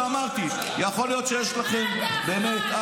אמרתי, יכול להיות שיש לכם באמת.